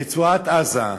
ברצועת-עזה,